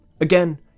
Again